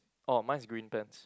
oh mine is green pants